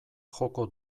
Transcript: joko